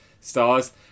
Stars